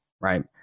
Right